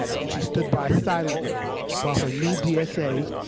and she stood by silently while her new dsa